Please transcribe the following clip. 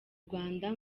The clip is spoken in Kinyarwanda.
rwanda